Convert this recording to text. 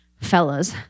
fellas